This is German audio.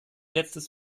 letztes